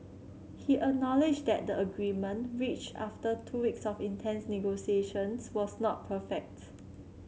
he acknowledged that the agreement reached after two weeks of intense negotiations was not perfect